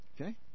Okay